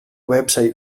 website